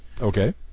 Okay